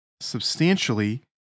substantially